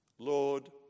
Lord